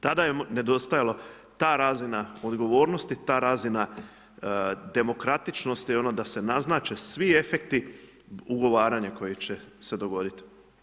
Tada je nedostajala ta razina odgovornosti, ta razina demokratičnosti ono da se naznače svi efekti ugovaranja koji će se dogoditi.